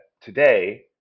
today